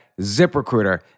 ZipRecruiter